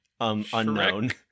unknown